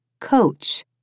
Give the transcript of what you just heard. Coach